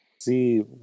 see